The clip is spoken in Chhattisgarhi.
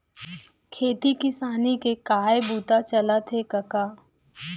खेती किसानी के काय बूता चलत हे कका?